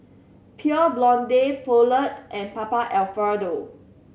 Pure Blonde Poulet and Papa Alfredo